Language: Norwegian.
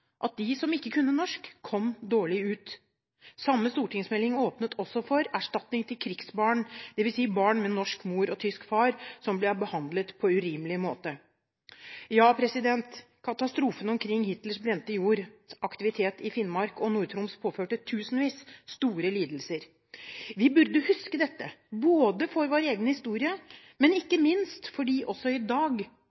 at de som ikke kunne norsk, kom dårlig ut. Samme stortingsmelding åpnet også for erstatning til krigsbarn, dvs. barn med norsk mor og tysk far som ble behandlet på urimelig måte. Ja, katastrofen omkring Hitlers brent jord-aktivitet i Finnmark og Nord-Troms påførte tusenvis store lidelser. Vi burde huske dette, både for vår egen historie og ikke minst fordi det også i dag